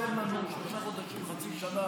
תן לנו שלושה חודשים או חצי שנה.